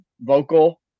vocal